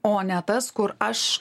o ne tas kur aš